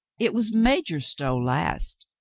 it was major stow last.